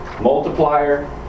Multiplier